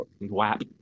WAP